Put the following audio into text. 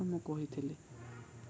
ମୁଁ କହିଥିଲି